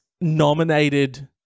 nominated